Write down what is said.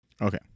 Okay